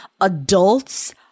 adults